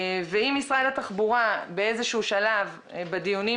ואם משרד התחבורה באיזשהו שלב בדיונים